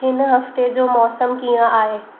हिन हफ़्ते जो मौसमु कीअं आहे